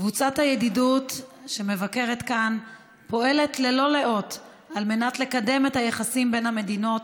קבוצת הידידות שמבקרת כאן פועלת ללא לאות לקדם את היחסים בין המדינות.